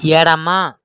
ఎడమ